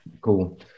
Cool